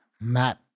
map